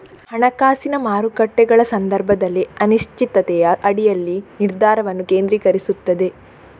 ಹಣಕಾಸಿನ ಮಾರುಕಟ್ಟೆಗಳ ಸಂದರ್ಭದಲ್ಲಿ ಅನಿಶ್ಚಿತತೆಯ ಅಡಿಯಲ್ಲಿ ನಿರ್ಧಾರವನ್ನು ಕೇಂದ್ರೀಕರಿಸುತ್ತದೆ